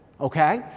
okay